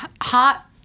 hot